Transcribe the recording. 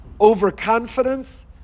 Overconfidence